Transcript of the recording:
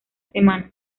semana